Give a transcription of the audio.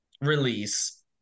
release